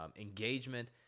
engagement